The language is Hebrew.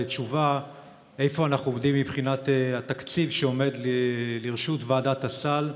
תשובה איפה אנחנו עומדים מבחינת התקציב שעומד לרשות ועדת הסל.